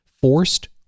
Forced